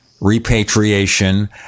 repatriation